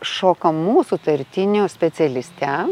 šokamų sutartinių specialiste